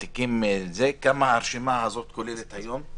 כמה הרשימה הזאת כוללת היום?